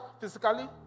physically